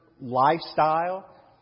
lifestyle